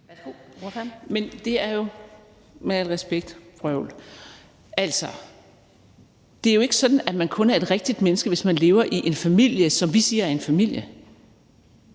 Marie Krarup (DF): Men det er jo – med al respekt – noget vrøvl. Det er jo ikke sådan, at man kun er et rigtigt menneske, hvis man lever i en familie, som vi siger er en familie.